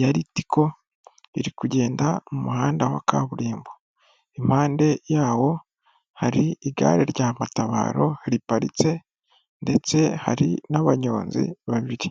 ya ritiko iri kugenda m'umuhanda wa kaburimbo, impande yawo hari igare rya matabaro riparitse ndetse hari n'abanyonzi babiri.